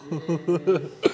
yes